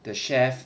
the chef